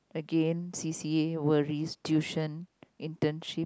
again c_c_a worries tuition internship